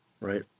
right